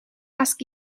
ask